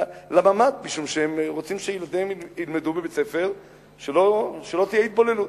משום שהם רוצים שילדיהם ילמדו בבית-ספר שלא תהיה בו התבוללות.